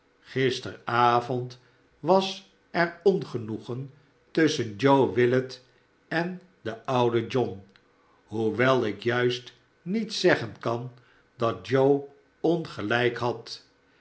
gisteravond was er ongenoegen tusschen joe willet en den ouden john hoewel ik juist niet zeggen kan dat joe ongelijk had